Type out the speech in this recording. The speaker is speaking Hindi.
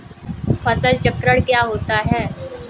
फसल चक्रण क्या होता है?